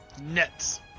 Nets